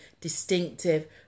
distinctive